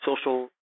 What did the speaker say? social